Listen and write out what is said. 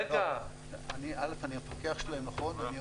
אני המפקח שלהם, נכון.